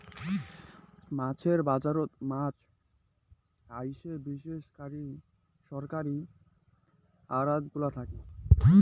মাছের বাজারত মাছ আইসে বিশেষ করি সরকারী আড়তগুলা থাকি